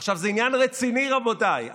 עכשיו, זה עניין רציני, רבותיי.